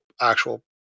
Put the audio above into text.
actual